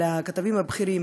על הכתבים הבכירים,